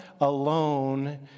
alone